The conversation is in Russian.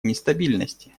нестабильности